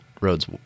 roads